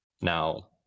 Now